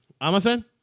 Amazon